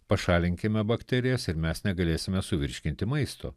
pašalinkime bakterijas ir mes negalėsime suvirškinti maisto